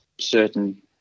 certain